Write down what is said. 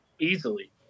Easily